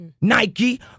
Nike